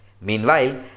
Meanwhile